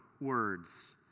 words